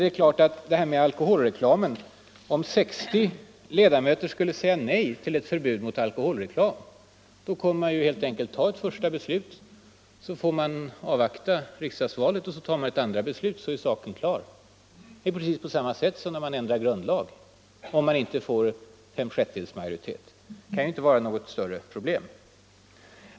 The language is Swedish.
Beträffande alkoholreklamen vill jag svara att om 60 ledamöter skulle säga nej till ett förbud mot alkoholreklam kan man helt enkelt fatta ett första beslut i ärendet, därpå avvakta riksdagsvalet för att sedan ta det andra beslutet. Då skulle saken vara klar, precis på samma sätt som när man ändrar grundlag. Det kan ju inte vara något större problem.